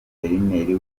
guverineri